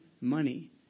money